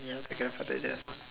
ya your grandfather just passed